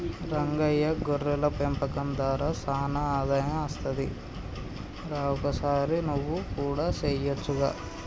రంగయ్య గొర్రెల పెంపకం దార సానా ఆదాయం అస్తది రా ఒకసారి నువ్వు కూడా సెయొచ్చుగా